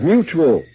Mutual